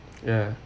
ya